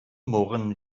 murren